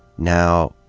now,